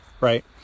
right